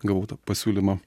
gavau tą pasiūlymą